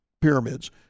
pyramids